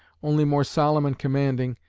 only more solemn and commanding,